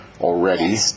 already